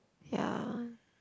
ya